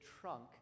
trunk